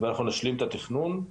ואנחנו נשלים את התכנון.